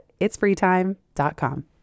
itsfreetime.com